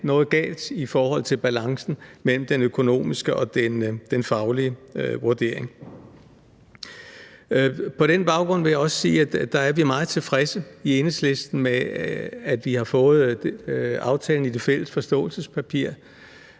noget galt i forhold til balancen mellem den økonomiske og den faglige vurdering. På den baggrund vil jeg også sige, at vi i Enhedslisten er meget tilfredse med, at vi har fået aftalen i det fælles forståelsespapir,